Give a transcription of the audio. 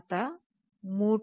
आता motor